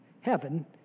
Heaven